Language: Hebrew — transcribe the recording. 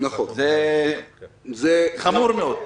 זה חמור מאוד.